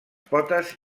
potes